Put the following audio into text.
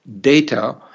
data